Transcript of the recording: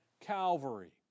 Calvary